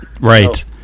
Right